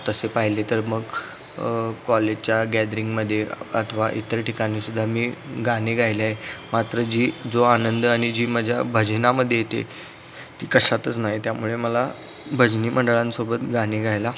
तसं पाहिले तर मग कॉलेजच्या गॅदरिंगमध्ये अथवा इतर ठिकाणीसुद्धा मी गाणे गायलं आहे मात्र जी जो आनंद आणि जी मजा भजनामध्ये येते ती कशातच नाही त्यामुळे मला भजनी मंडळांसोबत गाणे गायला